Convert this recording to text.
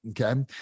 okay